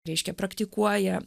reiškia praktikuoja